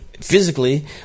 physically